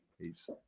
Peace